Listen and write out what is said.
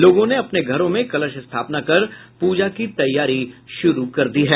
लोगों ने अपने घरों में कलश स्थापना कर पूजा की तैयारी शुरू कर दी है